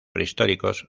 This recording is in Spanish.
prehistóricos